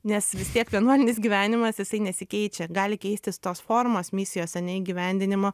nes vis tiek vienuolinis gyvenimas jisai nesikeičia gali keistis tos formos misijos ane įgyvendinimo